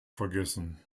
vergessen